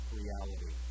reality